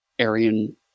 Aryan